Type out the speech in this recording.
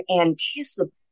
anticipate